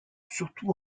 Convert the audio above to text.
surtout